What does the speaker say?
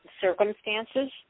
circumstances